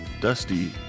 dusty